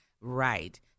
Right